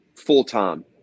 full-time